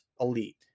elite